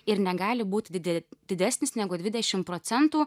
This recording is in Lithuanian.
ir negali būti dide didesnis negu dvidešim procentų